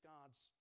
God's